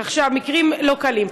כך שהמקרים אינם קלים.